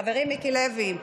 חברי מיקי לוי,